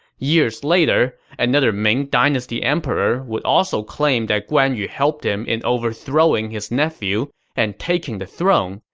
years later, another ming dynasty emperor would also claim that guan yu helped him in overthrowing his nephew and taking the throne,